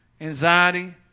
anxiety